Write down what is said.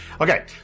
Okay